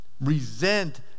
resent